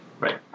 Right